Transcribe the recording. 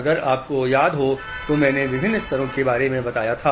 अगर आपको याद हो तो मैंने विभिन्न स्तरों के बारे में बताया था